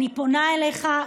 אני פונה אליך,